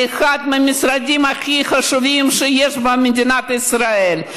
זה אחד המשרדים הכי חשובים שיש במדינת ישראל.